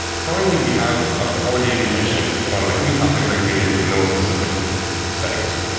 currently we have a four-day retention on like new topics that created with no specific settings.